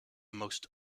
most